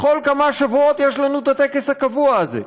בכל כמה שבועות יש לנו הטקס הקבוע הזה: